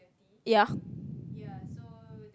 ya